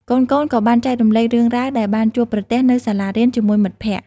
កូនៗក៏បានចែករំលែករឿងរ៉ាវដែលបានជួបប្រទះនៅសាលារៀនជាមួយមិត្តភក្តិ។